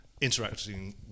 interacting